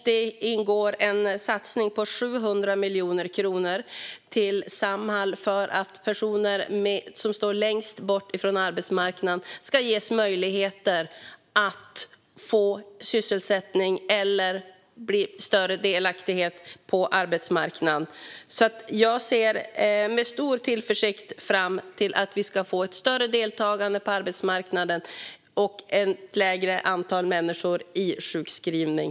Det ingår en satsning på 700 miljoner kronor till Samhall för att personer som står längst bort från arbetsmarknaden ska ges möjligheter att få sysselsättning eller större delaktighet på arbetsmarknaden. Jag ser med stor tillförsikt fram emot att vi ska få ett större deltagande på arbetsmarknaden och ett lägre antal människor i sjukskrivning.